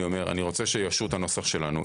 אני רוצה שיאשרו את הנוסח שלנו.